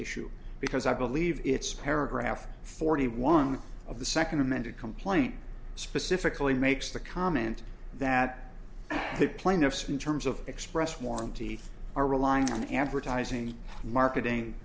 issue because i believe it's paragraph forty one of the second amended complaint specifically makes the comment that the plaintiffs in terms of express warranty are relying on advertising and marketing